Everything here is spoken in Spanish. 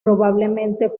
probablemente